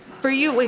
for you,